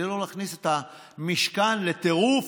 כדי לא להכניס את המשכן לטירוף.